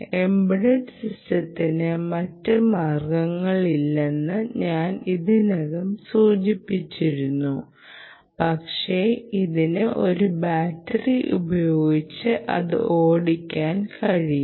embedded സിസ്റ്റത്തിന് മറ്റ് മാർഗമില്ലെന്ന് ഞാൻ ഇതിനകം സൂചിപ്പിച്ചിരുന്നു പക്ഷേ ഇതിന് ഒരു ബാറ്ററി ഉപയോഗിച്ച് അത് ഓടിക്കാൻ കഴിയും